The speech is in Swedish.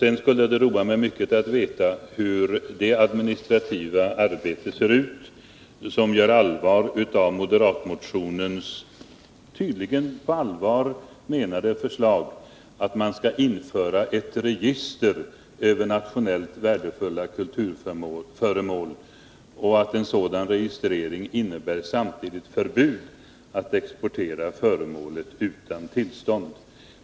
Det skulle roa mig mycket att veta hur det administrativa arbete ser ut som gör allvar av moderatmotionens tydligen på allvar framförda förslag att man skall införa ett register över nationellt värdefulla kulturföremål och att ett upptagande i ett sådant register samtidigt skall innebära förbud mot att exportera föremålet utan tillstånd.